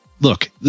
look